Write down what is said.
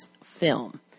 film